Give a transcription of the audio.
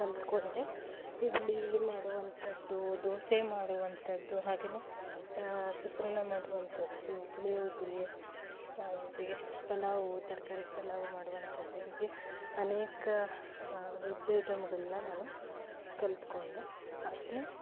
ಕಲಿತ್ಕೊಂಡೆ ಇಡ್ಲಿ ಮಾಡುವಂಥದ್ದು ದೋಸೆ ಮಾಡುವಂಥದ್ದು ಹಾಗೆಯೇ ಚಿತ್ರಾನ್ನ ಮಾಡುವಂಥದ್ದು ಪುಳಿಯೋಗರೆ ಜೊತೆಗೆ ಪಲಾವು ತರಕಾರಿ ಪಲಾವು ಮಾಡುವಂಥದ್ದು ಹೀಗೆ ಅನೇಕ ವೆಜ್ ಐಟಮ್ಗಳನ್ನ ನಾನು ಕಲಿತ್ಕೊಂಡೆ ಹಾಗೆಯೇ